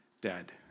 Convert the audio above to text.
dead